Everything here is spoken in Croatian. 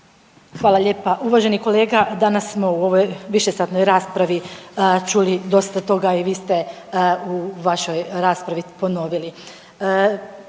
Hvala lijepa uvaženi kolega. Danas smo u ovoj višesatnoj raspravi čuli dosta toga i vi ste u vašoj raspravi ponovili,